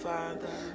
Father